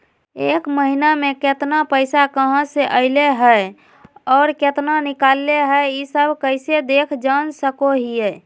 एक महीना में केतना पैसा कहा से अयले है और केतना निकले हैं, ई सब कैसे देख जान सको हियय?